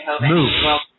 Move